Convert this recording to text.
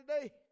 today